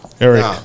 Eric